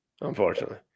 Unfortunately